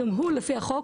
גם הוא לפי החוק